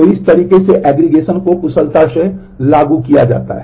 तो इस तरीके से एग्रीगेशन को कुशलता से लागू किया जा सकता है